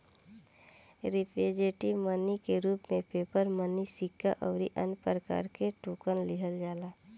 representative money के रूप में पेपर मनी सिक्का अउरी अन्य प्रकार के टोकन लिहल जाला